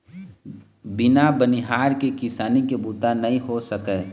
बिन बनिहार के किसानी के बूता नइ हो सकय